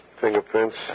fingerprints